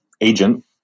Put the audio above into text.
agent